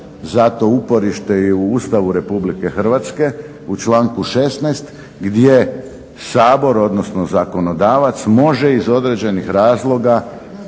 za to uporište i u Ustavu RH u članku 16. gdje Sabor, odnosno zakonodavac može iz određenih razloga